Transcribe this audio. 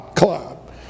club